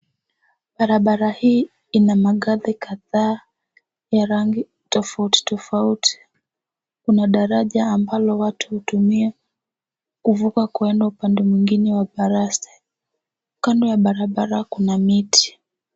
Barabara hii ina magari kadhaa ya rangi tofauti tofauti. Kuna daraja ambalo watu hutumia kuvuka kuenda upande mwengine wa baraste. Kando ya barabara kuna miti.